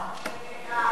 לא,